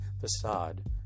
facade